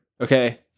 okay